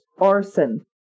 arson